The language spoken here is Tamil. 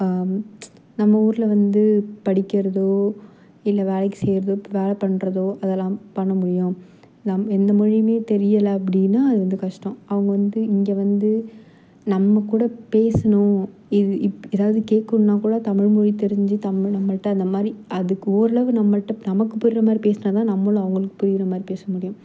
நம்ம ஊரில் வந்து படிக்கிறதோ இல்லை வேலைக்கு செய்யறதோ வேலை பண்ணுறதோ அதெல்லாம் பண்ண முடியும் நம் எந்த மொழியியுமே தெரியலை அப்படின்னா அது வந்து கஷ்டம் அவங்க வந்து இங்கே வந்து நம்ம கூட பேசணும் இது இப் ஏதாது கேட்டுகணுன்னா கூட தமிழ் மொழி தெரிஞ்சு தமிழ் நம்மள்கிட்ட அந்த மாதிரி அதுக்கு ஓரளவு நம்மள்கிட்ட நமக்கு புரிகிற மாதிரி பேசினாதான் நம்மளும் அவங்களுக்கு புரியிற மாதிரி பேச முடியும்